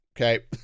okay